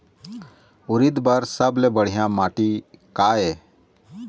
उरीद बर सबले बढ़िया माटी का ये?